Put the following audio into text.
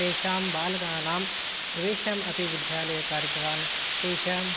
तेषां बालकानां प्रवेशमपि विद्यालये कारितवान् तेषां